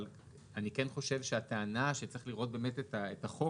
אבל אני כן חושב שהטענה שצריך לראות באמת את החוק